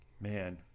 man